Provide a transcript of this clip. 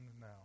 now